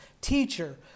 Teacher